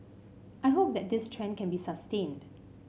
I hope that this trend can be sustained